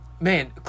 Man